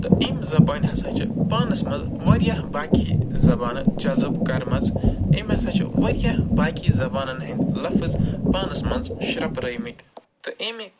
تہٕ اَمہِ زَبانہِ ہسا چھِ پانَس منٛز واریاہ باقٕے زَبانہٕ جَزٕب کرِمَژٕ أمۍ ہسا چھِ واریاہ باقٕے زَبانن ہِنٛدۍ لَفظ پانَس منٛز شرٛپرٲوۍمٕتۍ تہٕ اَمہِ